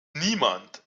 niemand